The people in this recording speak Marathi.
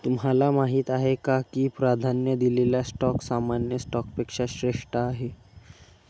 तुम्हाला माहीत आहे का की प्राधान्य दिलेला स्टॉक सामान्य स्टॉकपेक्षा श्रेष्ठ आहे?